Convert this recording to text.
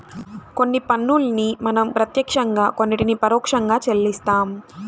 కొన్ని పన్నుల్ని మనం ప్రత్యక్షంగా కొన్నిటిని పరోక్షంగా చెల్లిస్తాం